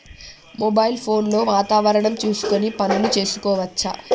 Mobile phone లో వాతావరణం చూసుకొని పనులు చేసుకోవచ్చా?